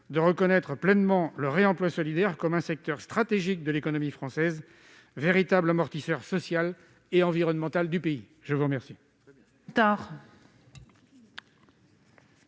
de reconnaître pleinement le réemploi solidaire comme un secteur stratégique de l'économie française, véritable amortisseur social et environnemental du pays. La parole